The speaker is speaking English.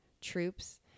troops